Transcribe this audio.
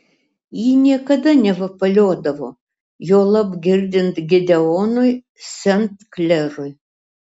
ji niekada nevapaliodavo juolab girdint gideonui sent klerui